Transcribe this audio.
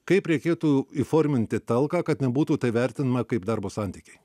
kaip reikėtų įforminti talką kad nebūtų tai vertinama kaip darbo santykiai